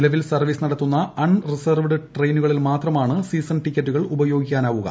നിലവിൽ സർവ്വീസ് നടത്തുന്ന unreserved ട്രെയിനുകളിൽ മാത്രമാണ് സീസൺ ടിക്കറ്റുകൾ ഉപയോഗിക്കാനാവുക